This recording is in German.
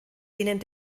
denen